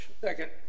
Second